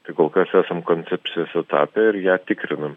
tai kol kas esam koncepcijos etape ir ją tikrinam